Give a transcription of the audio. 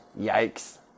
Yikes